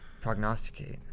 Prognosticate